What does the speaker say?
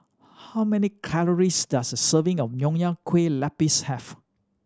how many calories does a serving of Nonya Kueh Lapis have